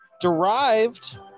Derived